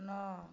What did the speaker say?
ନଅ